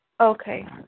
Okay